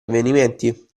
avvenimenti